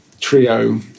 trio